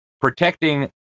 protecting